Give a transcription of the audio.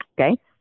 okay